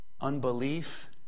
unbelief